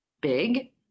big